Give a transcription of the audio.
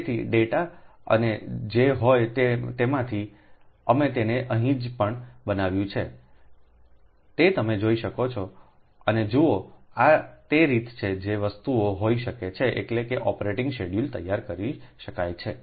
તેથી ડેટા અને જે હોય તે માંથી અમે તેને અહીં જે પણ બનાવ્યું છે તે તમે જોઈ શકો છો અને જુઓ આ તે રીત છે જે વસ્તુઓ હોઈ શકે છે એટલે કે ઓપરેટિંગ શેડ્યૂલ તૈયાર કરી શકાય છે